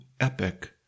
epic